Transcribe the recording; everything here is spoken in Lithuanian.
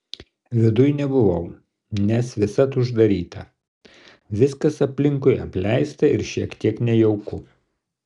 viduj nebuvau nes visad uždaryta viskas aplinkui apleista ir šiek tiek nejauku